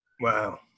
Wow